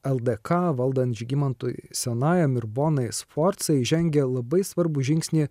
ldk valdant žygimantui senajam ir bonai sforcai žengė labai svarbų žingsnį